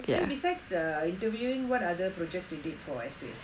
then besides err interviewing what other projects you did for S_P_H